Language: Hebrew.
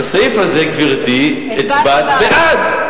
בסעיף הזה, גברתי, הצבעת בעד.